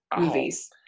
movies